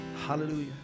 Hallelujah